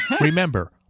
Remember